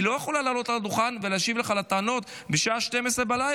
היא לא יכולה לעלות על הדוכן ולהשיב לך על הטענות בשעה 00:00,